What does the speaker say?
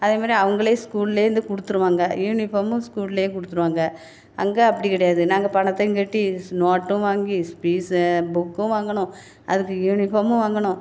அதேமாதிரி அவங்களே ஸ்கூல்லேர்ந்து கொடுத்துடுவாங்க யூனிஃபார்ம்மு ஸ்கூல்ல கொடுத்துடுவாங்க அங்கே அப்படி கிடயாது நாங்கள் பணத்தையும்கட்டி ஸ் நோட்டும் வாங்கி பீஸு புக்கும் வாங்கணும் அதற்கு யூனிஃபார்ம்மும் வாங்கணும்